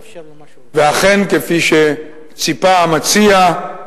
ואכן, כפי שציפה המציע,